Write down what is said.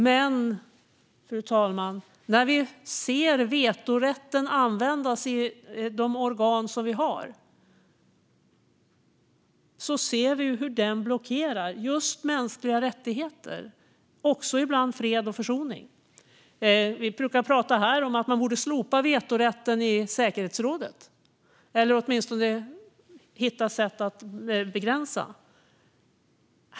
Men, fru talman, när vetorätten används i de organ som vi har ser vi hur den blockerar just mänskliga rättigheter, ibland också fred och försoning. Vi brukar prata här om att man borde slopa vetorätten i säkerhetsrådet eller åtminstone hitta sätt att begränsa den.